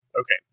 Okay